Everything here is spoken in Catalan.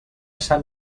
sant